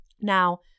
Now